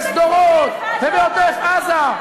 בשדרות ובעוטף-עזה?